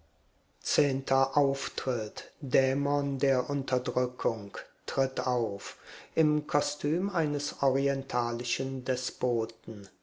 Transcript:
zehnter auftritt dämon der unterdrückung tritt auf im kostüm eines orientalischen despoten